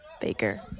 Baker